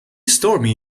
stormy